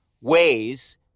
ways